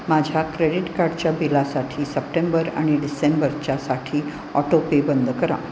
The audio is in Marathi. माझ्या क्रेडिट कार्डच्या बिलासाठी सप्टेंबर आणि डिसेंबरच्यासाठी ऑटोपे बंद करा